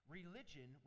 Religion